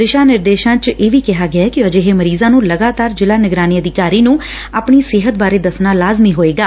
ਦਿਸ਼ਾ ਨਿਰਦੇਸ਼ਾਂ 'ਚ ਇਹ ਵੀ ਕਿਹਾ ਗਿਐ ਕਿ ਅਜਿਹੇ ਮਰੀਜਾਂ ਨੰ ਲਗਾਤਾਰ ਜ਼ਿਲਾ ਨਿਗਰਾਨੀ ਅਧਿਕਾਰੀ ਨੰ ਆਪਣੀ ਸਿਹਤ ਬਾਰੇ ਦੱਸਣਾ ਲਾਜ਼ਮੀ ਹੋਏਗਾ